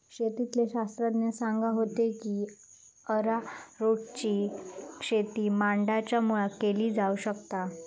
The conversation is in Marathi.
शेतीतले शास्त्रज्ञ सांगा होते की अरारोटची शेती माडांच्या मुळाक केली जावक शकता